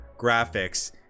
graphics